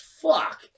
fuck